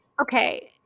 okay